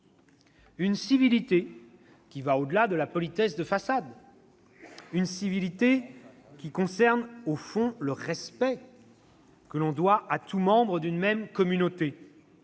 une civilité qui va au-delà de la politesse de façade et qui concerne, au fond, le respect que l'on doit à tout membre d'une même communauté.